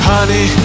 Honey